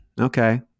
okay